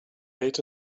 ate